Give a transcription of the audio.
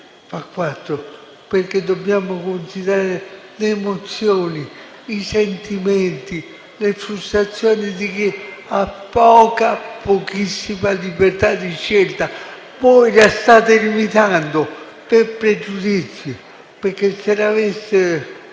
perché dobbiamo considerare le emozioni, i sentimenti, le frustrazioni di chi ha poca, pochissima libertà di scelta. Voi la state limitando per pregiudizi, perché, se l'avesse